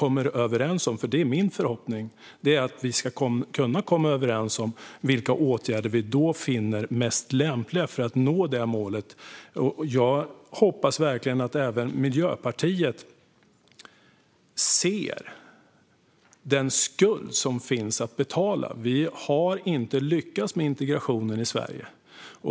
Min förhoppning är att vi ska kunna komma överens om vilka åtgärder vi finner mest lämpliga för att nå det målet, och jag hoppas verkligen att även Miljöpartiet ser den skuld som finns att betala. Vi har inte lyckats med integrationen i Sverige.